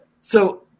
So-